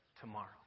tomorrow